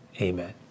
Amen